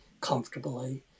comfortably